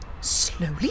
slowly